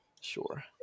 Sure